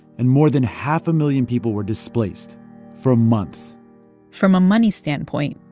and more than half a million people were displaced for months from a money standpoint,